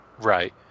Right